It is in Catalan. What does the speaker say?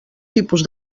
tipus